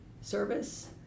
service